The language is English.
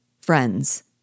Friends